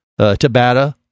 Tabata